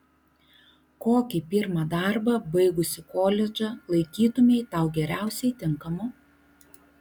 kokį pirmą darbą baigusi koledžą laikytumei tau geriausiai tinkamu